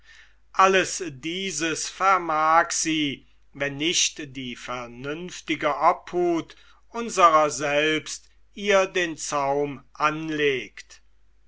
alles dieses vermag sie wenn nicht die vernünftige obhut unsrer selbst ihr den zaum anlegt